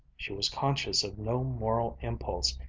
she was conscious of no moral impulse,